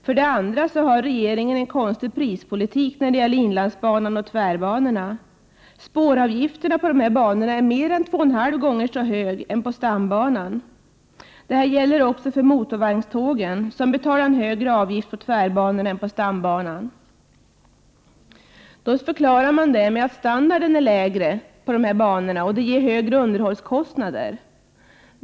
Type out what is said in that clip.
För det andra har regeringen en konstig prispolitik när det gäller inlandsbanan och tvärbanorna. Spåravgifterna på dessa banor är mer än två och en halv gång högre än på stambanan. Det gäller också för motorvagnstågen, som betalar högre avgift på tvärbanorna än på stambanan. Det förklarar man med att standarden är lägre på dessa banor, vilket leder till högre underhållskostnader.